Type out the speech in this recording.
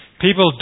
People